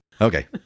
Okay